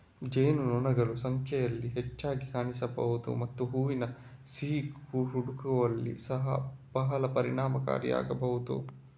ಜೇನುನೊಣಗಳು ಸಂಖ್ಯೆಯಲ್ಲಿ ಹೆಚ್ಚಾಗಿ ಕಾಣಿಸಬಹುದು ಮತ್ತು ಹೂವಿನ ಸಿಹಿ ಹುಡುಕುವಲ್ಲಿ ಸಹ ಬಹಳ ಪರಿಣಾಮಕಾರಿಯಾಗಬಹುದು